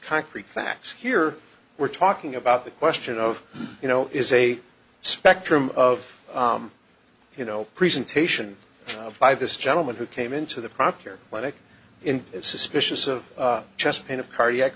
concrete facts here we're talking about the question of you know is a spectrum of you know presentation by this gentleman who came into the proctor when it in is suspicious of chest pain of cardiac